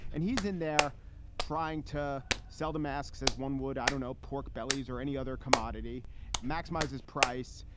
and he's in there trying to sell the masks, as one would, i don't know, pork bellies or any other commodity maximizes price,